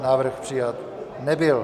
Návrh přijat nebyl.